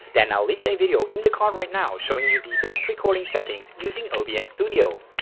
then i'll leave a video in the card right now showing you the best recording settings using obs ah studio.